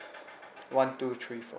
one two three four